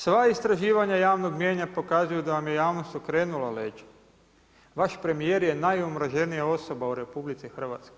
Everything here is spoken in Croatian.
Sva istraživanja javnog mnijenja pokazuju da vam je javnost okrenula leđa, vaš premijer je najomraženija osoba u RH.